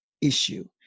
issue